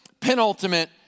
penultimate